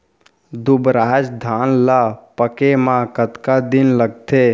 दुबराज धान ला पके मा कतका दिन लगथे?